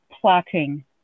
plotting